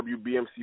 WBMC